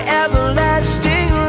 everlasting